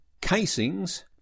casings